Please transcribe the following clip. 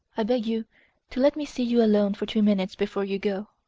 i beg you to let me see you alone for two minutes before you go.